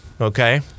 Okay